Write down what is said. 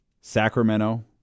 Sacramento